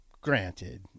granted